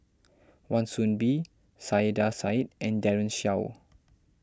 Wan Soon Bee Saiedah Said and Daren Shiau